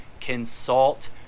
consult